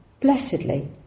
blessedly